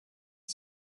审查